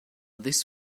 this